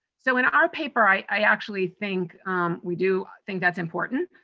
so, in our paper, i actually think we do think that's important,